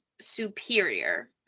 superior